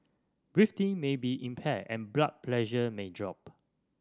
breathing may be impaired and blood pressure may drop